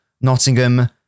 Nottingham